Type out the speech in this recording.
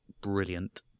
brilliant